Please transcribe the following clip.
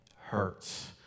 hurts